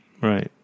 Right